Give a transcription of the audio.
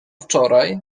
wczoraj